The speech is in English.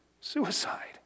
suicide